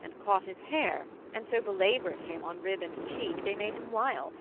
and caught his hair, and so belaboured him on rib and cheek they made him wild